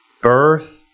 birth